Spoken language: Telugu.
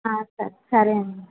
సరే సరే అండి